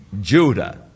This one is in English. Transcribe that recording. Judah